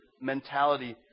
mentality